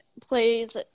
plays